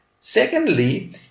Secondly